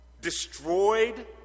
Destroyed